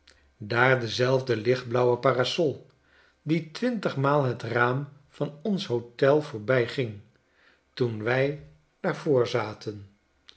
daar dezelfde lichtblauwe parasol die twintigmaal het raam van ons hotel voorbijging toen wij daar voor zaten